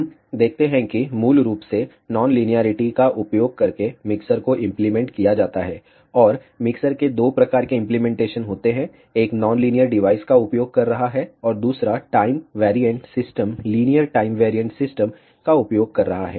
हम देखते हैं कि मूल रूप से नॉन लीनियेरिटी का उपयोग करके मिक्सर को इम्प्लीमेंट किया जाता है और मिक्सर के दो प्रकार के इंप्लीमेंटेशन होते हैं एक नॉन लीनियर डिवाइस का उपयोग कर रहा है और दूसरा time variant system linear time variant system का उपयोग कर रहा है